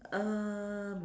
err